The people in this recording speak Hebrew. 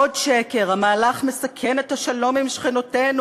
עוד שקר: המהלך מסכן את השלום עם שכנותינו,